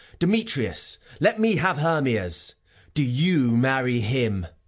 demetrius let me have hermia's do you marry him.